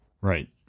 Right